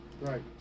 Right